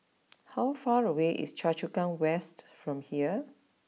how far away is Choa Chu Kang West from here